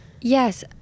Yes